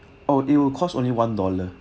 oh it will cost only one dollar